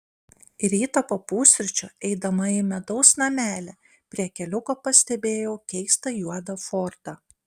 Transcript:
rytą po pusryčių eidama į medaus namelį prie keliuko pastebėjau keistą juodą fordą